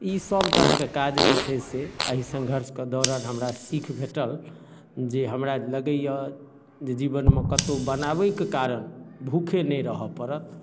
ई सभ तरहके काज जे छै से एहि संघर्षके दौरान हमरा सीख भेटल जे हमरा लगैया जे जीवनमे कतहुँ बनाबैके कारण भूखे नहि रहऽ पड़त